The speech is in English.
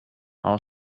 how